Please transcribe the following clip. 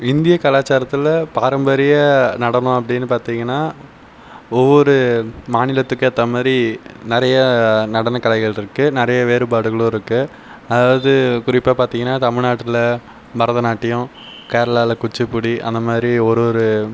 இந்திய கலாச்சாரத்தில் பாரம்பரிய நடனம் அப்படினு பார்த்தீங்கனா ஒவ்வொரு மாநிலத்துக்கு ஏற்ற மாதிரி நிறைய நடன கலைகள் இருக்குது நிறைய வேறுபாடுகளும் இருக்குது அதாவது குறிப்பாக பார்த்தீங்கனா தமிழ்நாட்டில் பரதநாட்டியம் கேரளாவில் குச்சிப்புடி அந்த மாதிரி ஒரு ஒரு